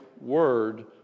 Word